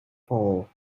four